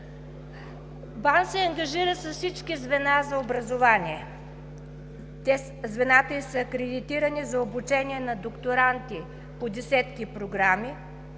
БАН се ангажира с всички звена за образование. Звената ѝ са акредитирани за обучение на докторанти по десетки програми.